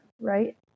Right